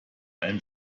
einem